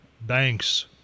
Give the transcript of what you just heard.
banks